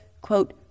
quote